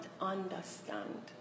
understand